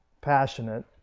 passionate